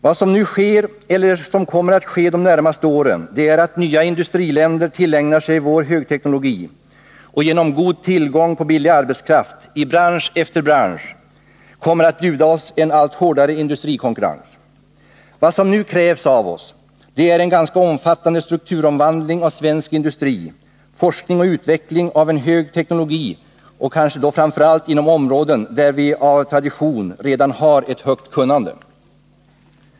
Vad som nu sker eller kommer att ske de närmaste åren är att nya industriländer tillägnar sig vår högteknologi och att de genom god tillgång på billig arbetskraft i bransch efter bransch kommer att bjuda oss en allt hårdare industrikonkurrens. Vad som nu krävs av oss är en ganska omfattande strukturomvandling av svensk industri, forskning, och utveckling av en hög teknologi — och då kanske framför allt inom områden där vi av tradition redan har ett högt kunnande.